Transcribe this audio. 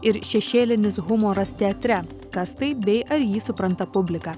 ir šešėlinis humoras teatre kas tai bei ar jį supranta publika